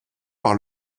par